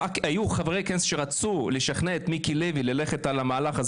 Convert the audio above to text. היו חברי כנסת שרצו לשכנע את מיקי לוי ללכת על המהלך הזה